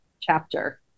chapter